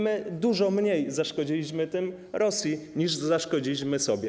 My dużo mniej zaszkodziliśmy tym Rosji, niż zaszkodziliśmy sobie.